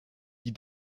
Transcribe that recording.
die